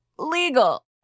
legal